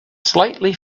slightly